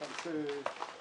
רק כדי שתתרשמו,